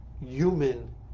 human